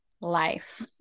life